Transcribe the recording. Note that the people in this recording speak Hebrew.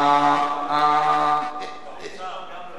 באוצר גם,